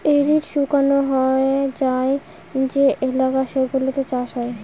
arid শুকনো হয়ে যায় যে এলাকা সেগুলোতে চাষ হয়